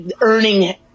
earning